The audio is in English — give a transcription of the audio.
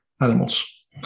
animals